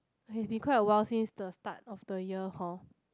has been quite a while since the start of the year hor